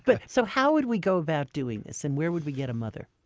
but so how would we go about doing this, and where would we get a mother?